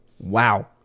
Wow